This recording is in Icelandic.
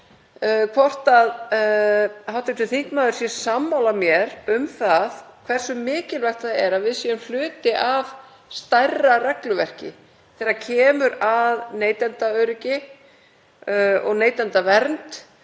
hvort hv. þingmaður sé sammála mér um það hversu mikilvægt það er að við séum hluti af stærra regluverki þegar kemur að neytendaöryggi og neytendavernd